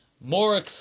more